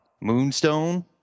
Moonstone